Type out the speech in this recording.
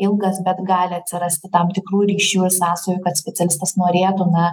ilgas bet gali atsirasti tam tikrų ryšių ir sąsajų kad specialistas norėtų na